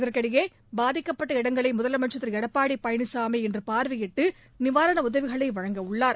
இதற்கிடையே பாதிக்கப்பட்ட இடங்களை முதலமைச்ச் திரு எடப்பாடி பழனிசாமி இன்று பார்வையிட்டு நிவாரண உதவிகளை வழங்க உள்ளார்